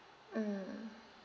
mm